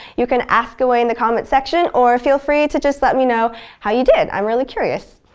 you can ask away in the comments section, or feel free to just let me know how you did! i'm really curious.